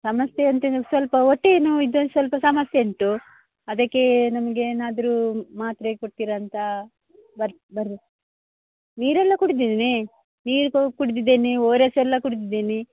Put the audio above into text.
ಸಮಸ್ಯೆ ಅಂತೇನಿಲ್ಲ ಸ್ವಲ್ಪ ಹೊಟ್ಟೆ ನೋವಿದು ಸ್ವಲ್ಪ ಸಮಸ್ಯೆ ಉಂಟು ಅದಕ್ಕೆ ನಮಗೆ ಏನಾದರೂ ಮಾತ್ರೆ ಕೊಡ್ತೀರಾ ಅಂತ ಬರ್ರಿ ಬನ್ರಿ ನೀರೆಲ್ಲ ಕುಡ್ದಿದ್ದೀನಿ ನೀರು ಕುಡ್ದಿದ್ದೀನಿ ಓ ಆರ್ ಎಸ್ ಎಲ್ಲ ಕುಡ್ದಿದ್ದೀನಿ